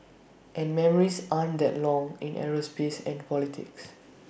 and memories aren't that long in aerospace and politics